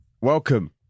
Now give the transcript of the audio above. welcome